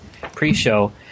pre-show